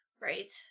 Right